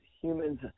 humans